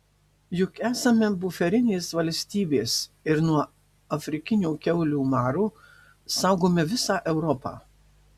juk esame buferinės valstybės ir nuo afrikinio kiaulių maro saugome visą europą